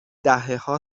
دههها